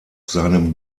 seinem